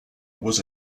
was